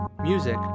Music